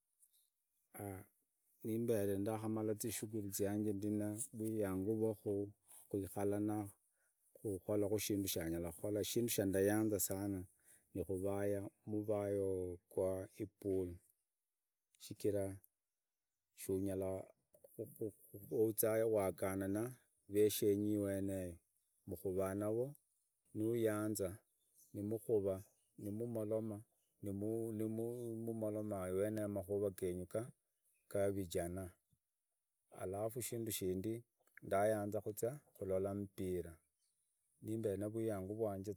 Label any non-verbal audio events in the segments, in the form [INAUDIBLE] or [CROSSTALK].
[HESITATION] nimbere ndahamala zishughuli zyanje ndina vwiyangu vwa huihala na kuholamu shindu sha nyala huhola shindu sha ndayanza ni huvaya muvayo gwa ipulu. shichira shunyala uzayo uagavana na reshenyi iweneo huraya naro nauganza numuhuva. nimumoloma. nimumuloma makura genyu iweneyo ga vijana. alafu shindu shindig ndayanza huzia hulola za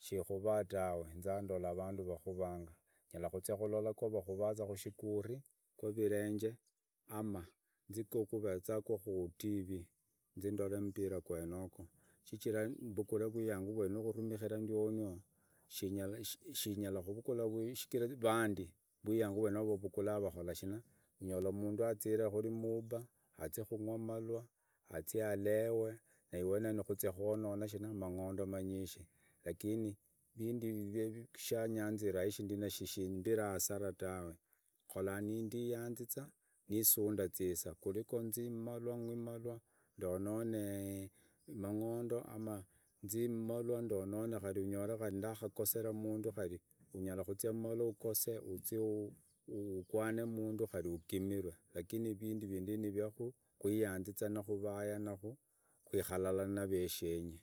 sha vahuvaa mushihuri sha virenge ama shahureza qwa ku tv nzi ndoree mbira awenoho shichira mbugure vwiyangu ndiono shinyala huvagura shichira vaandi rwiyangu vwenoro vavunula vakora shina unyola mundu azire khari mubaa. azie kungwa malwa. azie alewe na iweneo ni huzia huononya mangondo manyishi. vindu ivi. Shanyanzira ku shimbiru asara tawe, khola ndiyanziza, nisuunda zisaa kuri ngwi malwa ndonyonyee, mangonde anoo nzi malwa dunyonyee khari anyore ndakugasera mundu, unyara kuzia malwa ugose, uqwane na mundu kari ugimirwe lakini vindu vindivi ni vyeku yaanziza na kuikara alala na vashenye.